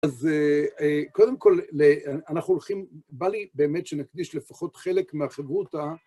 אז, קודם כל, ל... אנחנו הולכים, בא לי באמת שנקדיש לפחות חלק מהחברותא...